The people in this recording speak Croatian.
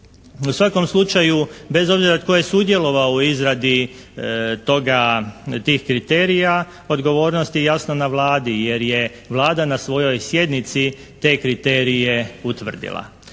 U svakom slučaju bez obzira tko je sudjelovao u izradi tih kriterija, odgovornost je jasno na Vladi jer je Vlada na svojoj sjednici te kriterije utvrdila.